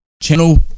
Channel